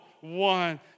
one